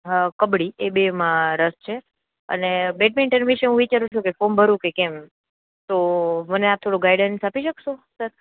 કબડ્ડી એ બે માં રસ છે અને બેટમિન્ટન વિષે હું વિચારું છું કે ફોર્મ ભરું કે એમ તો મને આપ થોડી ગાઇડન્સ આપી શક્સો સર